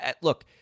look